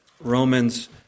Romans